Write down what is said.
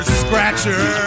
scratcher